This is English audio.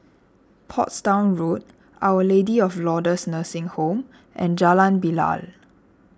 Portsdown Road Our Lady of Lourdes Nursing Home and Jalan Bilal